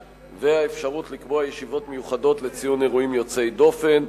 והאפשרות לקבוע ישיבות מיוחדות לציון אירועים יוצאי דופן.